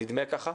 נדמה ככה,